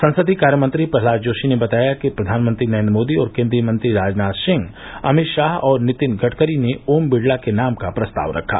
संसदीय कार्यमंत्री प्रहलाद जोशी ने बताया कि प्रधानमंत्री नरेन्द्र मोदी और केन्द्रीय मंत्री राजनाथ सिंह अमितशाह और नितिन गडकरी ने ओम बिरला के नाम का प्रस्ताव रखा